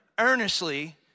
earnestly